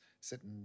sitting